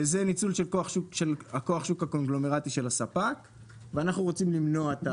וזה ניצול של כוח השוק הקונגלומרטי של הספק ואנחנו רוצים למנוע.